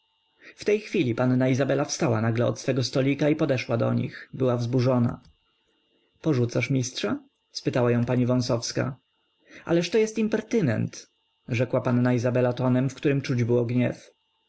w tej chwili panna izabela wstała nagle od swego stolika i podeszła do nich była wzburzona porzucasz mistrza spytała ją pani wąsowska ależ to jest impertynent rzekła panna izabela tonem w którym czuć było gniew